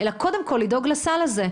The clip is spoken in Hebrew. אלא קודם כל לדאוג לסל הזה.